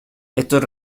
estos